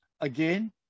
Again